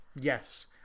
Yes